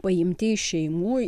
paimti iš šeimų